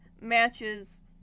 matches